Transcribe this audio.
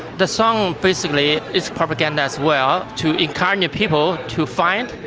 the song basically is propaganda as well to encourage and people to fight,